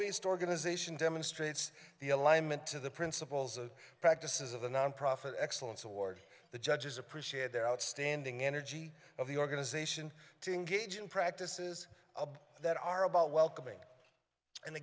based organization demonstrates the alignment to the principles and practices of the nonprofit excellence award the judges appreciate their outstanding energy of the organization to engage in practices that are about welcoming and